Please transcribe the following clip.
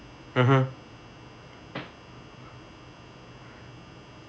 (uh huh)